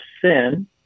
sin